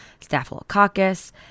staphylococcus